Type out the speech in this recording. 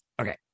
Okay